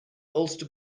ulster